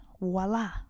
voila